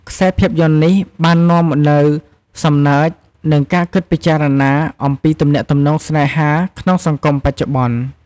ខ្សែភាពយន្តនេះបាននាំមកនូវសំណើច និងការគិតពិចារណាអំពីទំនាក់ទំនងស្នេហាក្នុងសង្គមបច្ចុប្បន្ន។